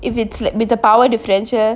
if it's like with the power differential